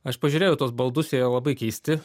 aš pažiūrėjau į tuos baldus jie jo labai keisti